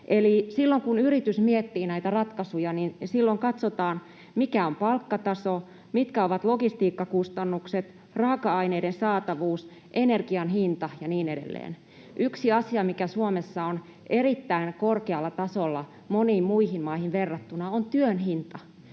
silloin kun yritys miettii näitä ratkaisuja, katsotaan, mikä on palkkataso, mitkä ovat logistiikkakustannukset, raaka-aineiden saatavuus, energian hinta ja niin edelleen. Yksi asia, mikä Suomessa on erittäin korkealla tasolla moniin muihin maihin verrattuna, on työn hinta.